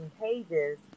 pages